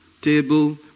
table